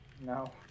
No